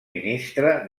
ministre